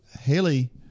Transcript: Haley